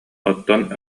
оттон